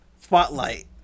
spotlight